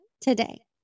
today